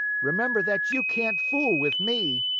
remember that you can't fool with me!